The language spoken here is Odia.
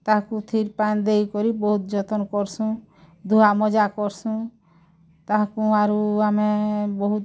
ତାହାକୁ ଥିର୍ ପାନ୍ ଦେଇକିରି ବହୁତ୍ ଯତନ କର୍ସୁଁ ଧୁଆ ମଜା କର୍ସୁଁ ତାହାକୁ ଆରୁ ଆମେ ବହୁତ୍